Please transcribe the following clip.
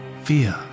fear